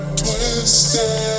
twisted